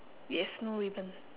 yes no ribbon